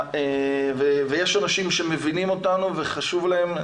ויש אנשים שמבינים אותנו וחשוב להם,